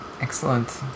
Excellent